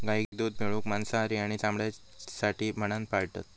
गाईक दूध मिळवूक, मांसासाठी आणि चामड्यासाठी म्हणान पाळतत